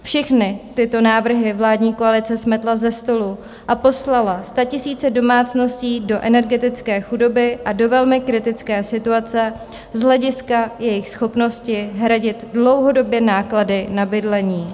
Všechny tyto návrhy vládní koalice smetla ze stolu a poslala statisíce domácností do energetické chudoby a do velmi kritické situace z hlediska jejich schopnosti hradit dlouhodobě náklady na bydlení.